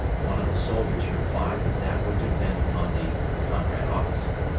one of the soldiers replied that that would depend upon the comrade-officer.